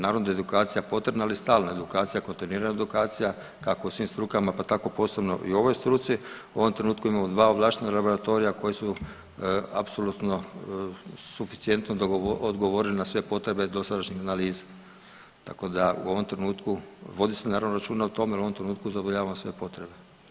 Naravno da je edukacija potrebna, ali stalna edukacija, kontinuirana edukacija kako u svim strukama pa tako posebno i u ovoj struci, u ovom trenutku imamo dva ovlaštena laboratorija koji su apsolutno suficijentno odgovorili na sve potrebe dosadašnjih analiza, tako da u ovom trenutku vodi se naravno računa o tome, ali u ovom trenutku zadovoljavamo sve potrebe.